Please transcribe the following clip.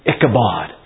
Ichabod